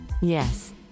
Yes